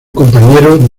compañero